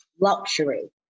luxury